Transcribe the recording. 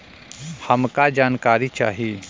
हमका जानकारी चाही?